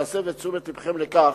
להסב את תשומת לבכם לכך